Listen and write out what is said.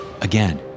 Again